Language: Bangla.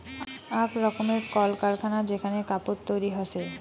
আক রকমের কল কারখানা যেখানে কাপড় তৈরী হসে